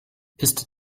ist